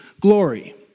glory